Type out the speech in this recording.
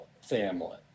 family